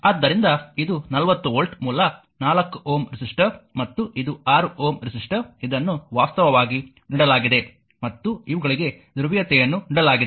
ಆದ್ದರಿಂದ ಇದು 40 ವೋಲ್ಟ್ ಮೂಲ 4 Ω ರೆಸಿಸ್ಟರ್ ಮತ್ತು ಇದು 6 Ω ರೆಸಿಸ್ಟರ್ ಇದನ್ನು ವಾಸ್ತವವಾಗಿ ನೀಡಲಾಗಿದೆ ಮತ್ತು ಇವುಗಳಿಗೆ ಧ್ರುವೀಯತೆಯನ್ನು ನೀಡಲಾಗಿದೆ